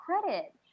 credit